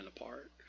apart